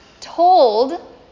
told